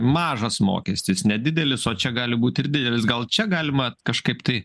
mažas mokestis nedidelis o čia gali būt ir didelis gal čia galima kažkaip tai